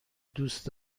دوست